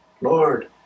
Lord